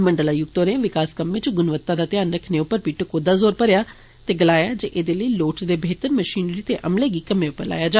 मंडलायुक्त होरें विकास कम्में च गुणवत्ता दा ध्यान रक्खने उप्पर बी टकोह्दा जोर भरेआ ते गलाया जे एदे लेई लोड़चदी बेहतर मषिनरी ते अमले गी कम्मै उप्पर लाया जा